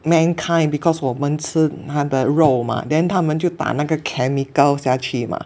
mankind because 我们吃它的肉嘛 then 他们就打那个 chemical 下去嘛